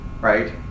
Right